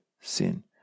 sin